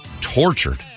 tortured